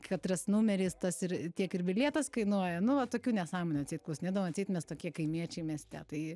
katras numeris tas ir tiek ir bilietas kainuoja nu va tokių nesąmonių atseit klausinėdavom atseit mes tokie kaimiečiai mieste tai